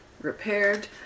repaired